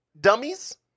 dummies